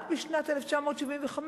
רק בשנת 1975,